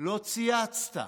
לא צייצת.